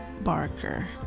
Barker